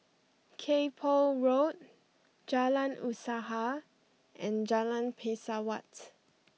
Kay Poh Road Jalan Usaha and Jalan Pesawat